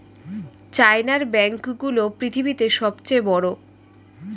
চায়নার ব্যাঙ্ক গুলো পৃথিবীতে সব চেয়ে বড়